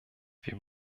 wir